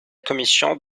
commission